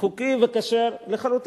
חוקי וכשר לחלוטין.